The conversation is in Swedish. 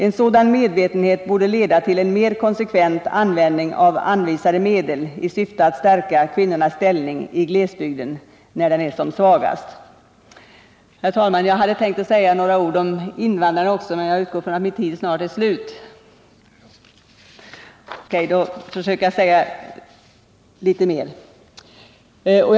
En sådan medvetenhet borde leda till en mer konsekvent användning av anvisade medel i syfte att stärka kvinnornas ställning i glesbygden, där den är som svagast. Herr talman! Min talartid är snart förbrukad, men jag vill slutligen säga några ord om invandrarna.